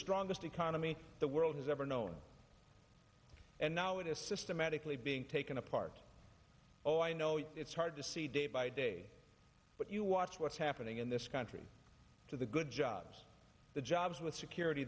strongest economy in the world has ever known and now it is systematically being taken apart oh i know it's hard to see day by day but you watch what's happening in this country to the good jobs the jobs with security